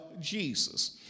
Jesus